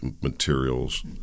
materials